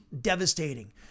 devastating